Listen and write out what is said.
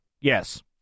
yes